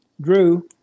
Drew